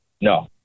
No